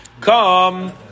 come